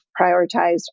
prioritized